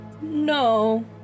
no